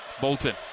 Bolton